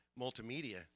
multimedia